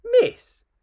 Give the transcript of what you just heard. Miss